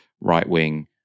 right-wing